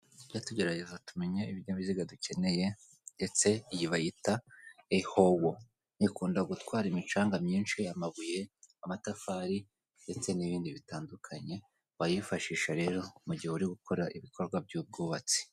Tuge tugerageza tumenye ibinyabiziga dukeneye, ndetse iyi bayita ehowo. Ikunda gutwara imicanga myinshi, amabuye, amatafari ndetse n'ibindi bitandukanye, wayifashisha rero mu gihe uri gukora ibikorwa by'ubwubatsi.